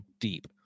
deep